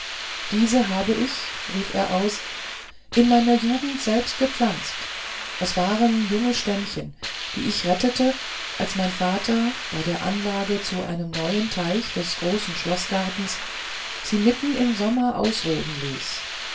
diese habe ich rief er aus in meiner jugend selbst gepflanzt es waren junge stämmchen die ich rettete als mein vater bei der anlage zu einem neuen teil des großen schloßgartens sie mitten im sommer ausroden ließ